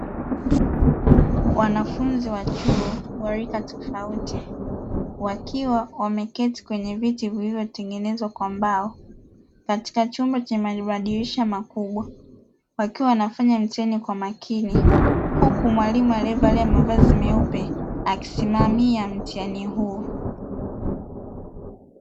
Wanafunzi wa chuo wa rika tofauti wakiwa wameketi kwenye viti vilivyotengenezwa kwa mbao katika chumba cha madirisha makubwa, wakiwa wanafanya mtihani kwa makini, huku mwalimu alievalia mavazi meupe akisimamia mtihani huo.